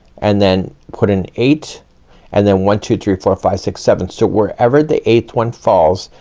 and then put an eight and then one two three four five six seven. so wherever they eighth one falls,